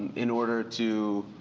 in order to